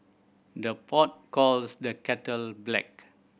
the pot calls the kettle black